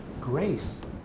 grace